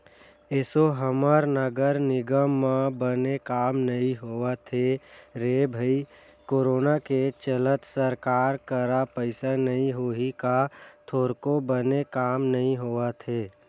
एसो हमर नगर निगम म बने काम नइ होवत हे रे भई करोनो के चलत सरकार करा पइसा नइ होही का थोरको बने काम नइ होवत हे